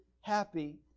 happy